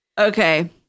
Okay